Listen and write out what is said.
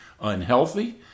unhealthy